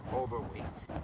overweight